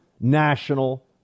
national